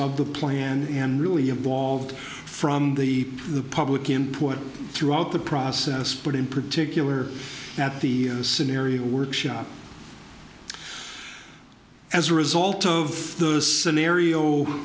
of the plan and really evolved from the the public input throughout the process but in particular at the scenario workshop as a result of the scenario